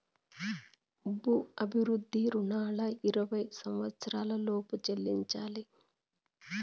భూ అభివృద్ధి రుణాలు ఇరవై సంవచ్చరాల లోపు చెల్లించాలి